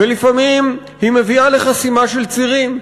ולפעמים היא מביאה לחסימה של צירים,